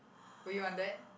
will you want that